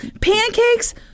Pancakes